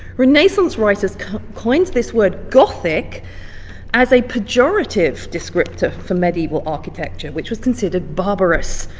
renaissance writers coined this word gothic as a pejorative descriptor for medieval architecture, which was considered barbarous,